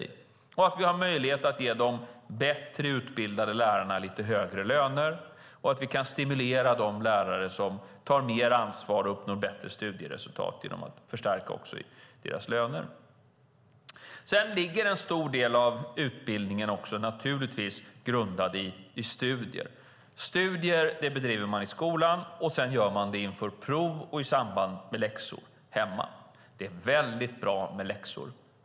Det är centralt att vi har möjlighet att ge de bättre utbildade lärarna lite högre löner och att vi kan stimulera de lärare som tar mer ansvar och uppnår bättre studieresultat genom att förstärka deras löner. En stor del av utbildningen grundas naturligtvis också på studier. Studier bedriver man i skolan och hemma inför prov och i samband med läxor. Det är väldigt bra med läxor.